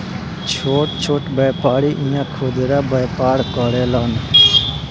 छोट छोट व्यापारी इहा खुदरा व्यापार करेलन